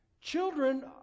Children